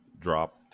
dropped